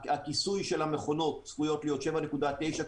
הכיסוי של המכונות צפוי להיות 7.9,